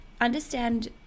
understand